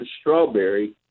strawberry